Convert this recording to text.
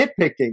nitpicking